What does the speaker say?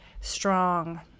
strong